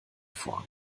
vor